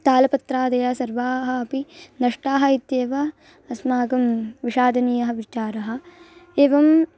तालपत्रादयः सर्वाः अपि नष्टाः इत्येव अस्माकं विषादनीयः विचारः एवम्